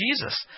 Jesus